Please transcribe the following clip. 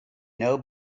know